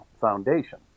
foundation